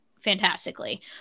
fantastically